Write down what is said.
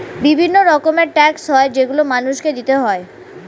বিভিন্ন রকমের ট্যাক্স হয় যেগুলো মানুষকে দিতে হয়